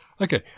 Okay